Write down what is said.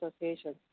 associations